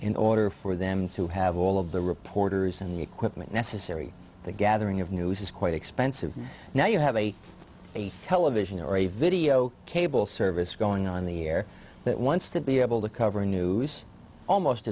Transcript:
in order for them to have all of the reporters in the equipment necessary the gathering of news is quite expensive now you have a television or a video cable service going on the air that wants to be able to cover news almost